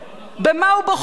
במה הוא בוחר?